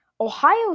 Ohio